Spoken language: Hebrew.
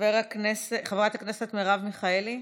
חברת הכנסת מרב מיכאלי,